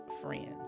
friends